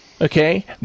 okay